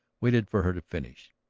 waited for her to finish.